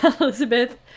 elizabeth